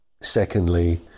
Secondly